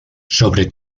sobre